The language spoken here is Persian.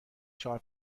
چهار